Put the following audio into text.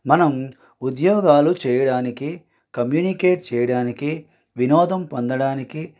మనం ఉద్యోగాలు చేయడానికి కమ్యూనికేట్ చేయడానికి వినోదం పొందడానికి